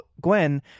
Gwen